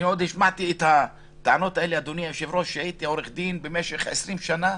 אני השמעתי את הטענות האלה כשהייתי עורך דין במשך 20 שנה.